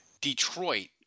Detroit